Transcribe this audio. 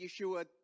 Yeshua